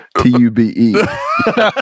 T-U-B-E